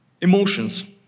emotions